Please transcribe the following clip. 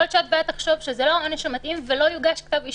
יכול להיות שהתביעה תחשוב שזה לא העונש המתאים ולא יוגש כתב אישום,